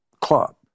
club